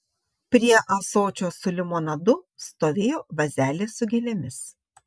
prie ąsočio su limonadu stovėjo vazelė su gėlėmis